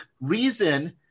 reason